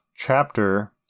chapter